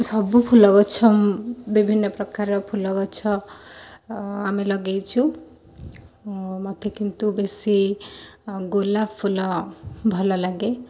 ସବୁ ଫୁଲ ଗଛ ବିଭିନ୍ନ ପ୍ରକାର ଫୁଲ ଗଛ ଆମେ ଲଗାଇଛୁ ମୋତେ କିନ୍ତୁ ବେଶୀ ଗୋଲାପ ଫୁଲ ଭଲ ଲାଗେ